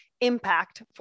impact